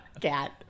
Cat